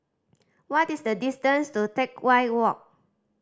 what is the distance to Teck Whye Walk